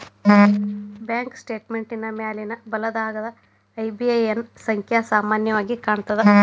bank ಸ್ಟೇಟ್ಮೆಂಟಿನ್ ಮ್ಯಾಲಿನ್ ಬಲಭಾಗದಾಗ ಐ.ಬಿ.ಎ.ಎನ್ ಸಂಖ್ಯಾ ಸಾಮಾನ್ಯವಾಗಿ ಕಾಣ್ತದ